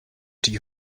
die